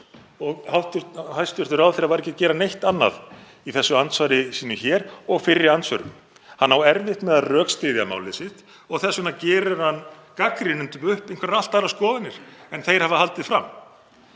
Hæstv. ráðherra var ekki að gera neitt annað í þessu andsvari sínu og fyrri andsvörum. Hann á erfitt með að rökstyðja mál sitt og þess vegna gerir hann gagnrýnendum upp einhverjar allt aðrar skoðanir en þeir hafa haldið fram.